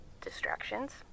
distractions